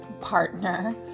partner